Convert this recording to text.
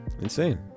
insane